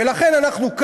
ולכן אנחנו,